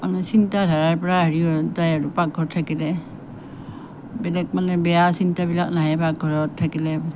মানে চিন্তাধাৰাৰ পৰা হেৰি হৈ যায় আৰু পাকঘৰত থাকিলে বেলেগ মানে বেয়া চিন্তাবিলাক নাহে পাকঘৰত থাকিলে